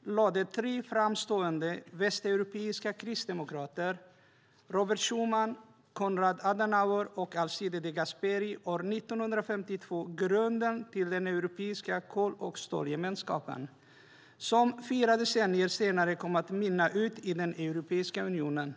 lade tre framstående västeuropeiska kristdemokrater, Robert Schuman, Konrad Adenauer och Alcide de Gasperi, år 1952 grunden till den Europeiska kol och stålgemenskapen som fyra decennier senare kom att mynna ut i Europeiska unionen.